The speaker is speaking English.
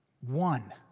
one